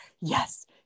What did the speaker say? yes